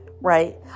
right